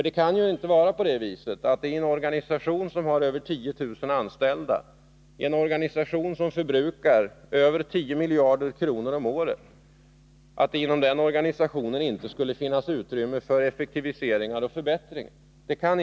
Det kan ju inte vara på det viset att det i en organisation som har över 10 000 anställda som förbrukar över 10 miljarder kronor om året, inte skulle finnas utrymme för effektiviseringar och förbättringar.